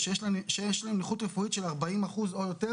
שיש להם נכות רפואית של 40% או יותר,